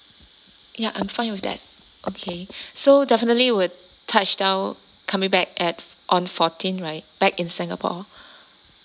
ya I'm fine with that okay so definitely would touch down coming back at on fourteen right back in singapore